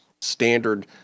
standard